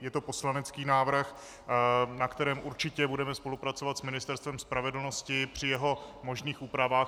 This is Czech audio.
Je to poslanecký návrh, na kterém určitě budeme spolupracovat s Ministerstvem spravedlnosti při jeho možných úpravách.